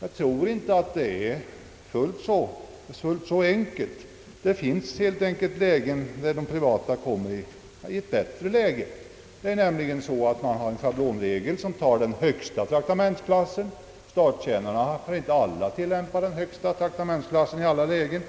Jag tror inte att det är fullt så enkelt. De privatanställda kan med nuvarande regler komma i ett bättre läge. Enligt schablonreglerna finns det en högsta traktamentsklass, men statstjänstemännen får aldrig traktamente enligt högre traktamentsklass än de är berättigade